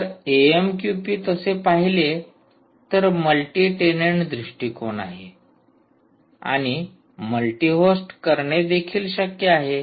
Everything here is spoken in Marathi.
तर एएमक्यूपी तसे पाहिले तर मल्टी टेनंट दृष्टिकोन आहे आणि मल्टी होस्ट करणे देखील शक्य आहे